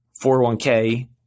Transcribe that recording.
401k